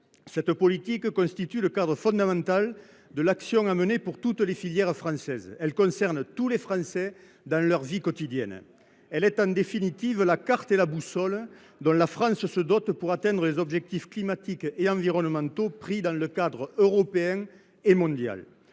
Cette politique constitue pourtant le cadre fondamental de l’action à mener pour toutes les filières françaises et concerne tous les Français dans leur vie quotidienne. Elle est, en définitive, la carte et la boussole dont la France se dote pour atteindre les objectifs climatiques et environnementaux pris dans les cadres européen et mondial.